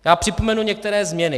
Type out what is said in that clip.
Já připomenu některé změny.